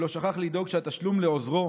ולא שכח לדאוג שהתשלום לעוזרו